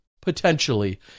potentially